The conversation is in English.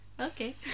Okay